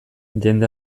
jende